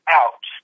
out